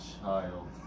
child